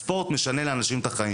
הספורט משנה לאנשים את החיים.